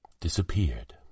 disappeared